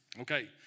Okay